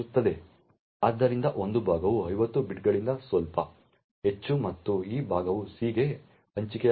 ಆದ್ದರಿಂದ ಒಂದು ಭಾಗವು 50 ಬೈಟ್ಗಳಿಗಿಂತ ಸ್ವಲ್ಪ ಹೆಚ್ಚು ಮತ್ತು ಈ ಭಾಗವು ಸಿ ಗೆ ಹಂಚಿಕೆಯಾಗುತ್ತದೆ